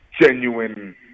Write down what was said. Genuine